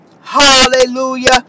Hallelujah